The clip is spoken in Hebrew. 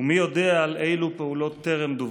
ומי יודע על אילו פעולות טרם דֻווח,